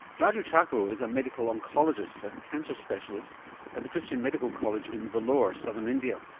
raju chacko is a medical oncologist a cancer specialist at the christian medical college in vellore, southern india,